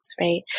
right